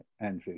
Andrew